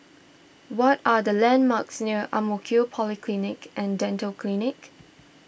what are the landmarks near Ang Mo Kio Polyclinic and Dental Clinic